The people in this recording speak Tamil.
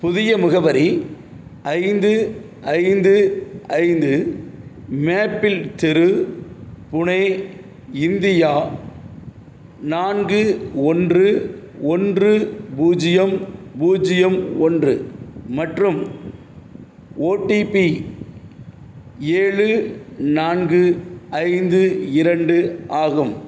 புதிய முகவரி ஐந்து ஐந்து ஐந்து மேப்பிள் தெரு புனே இந்தியா நான்கு ஒன்று ஒன்று பூஜ்ஜியம் பூஜ்ஜியம் ஒன்று மற்றும் ஓடிபி ஏழு நான்கு ஐந்து இரண்டு ஆகும்